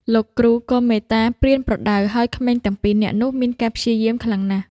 លោកគ្រូក៏មេត្តាប្រៀនប្រដៅ ហើយក្មេងទាំងពីរនាក់នោះមានការព្យាយាមខ្លាំងណាស់។